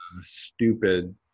stupid